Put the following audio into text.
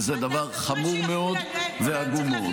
וזה דבר חמור מאוד ועגום מאוד.